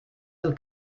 del